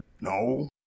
No